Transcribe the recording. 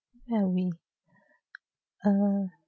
ya we uh